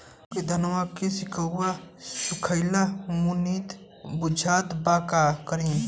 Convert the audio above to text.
हमरे धनवा के सीक्कउआ सुखइला मतीन बुझात बा का करीं?